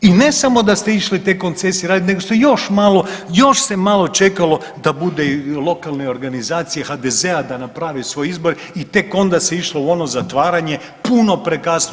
I ne samo da ste išli te koncesije raditi, nego ste još malo, još se malo čekalo da budu lokalne organizacije HDZ-a da naprave svoj izbor i tek onda se išlo u ono zatvaranje puno prekasno.